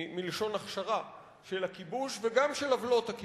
מלשון הכשרה, של הכיבוש, וגם של עוולות הכיבוש.